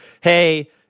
hey